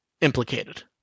implicated